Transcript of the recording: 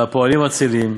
והפועלים עצלים,